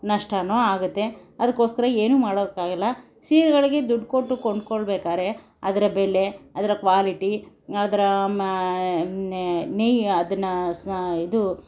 ನಷ್ಟಾನೂ ಆಗತ್ತೆ ಅದಕ್ಕೋಸ್ಕರ ಏನು ಮಾಡೋಕೂ ಆಗಲ್ಲ ಸೀರೆಗಳಿಗೆ ದುಡ್ಡು ಕೊಟ್ಟು ಕೊಂಡ್ಕೊಳ್ಬೇಕಾರೆ ಅದರ ಬೆಲೆ ಅದರ ಕ್ವಾಲಿಟಿ ಅದರ ನೇಯ್ಯಿ ಅದನ್ನು ಸ ಇದು